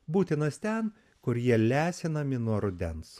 būtinas ten kur jie lesinami nuo rudens